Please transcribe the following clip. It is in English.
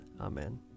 Amen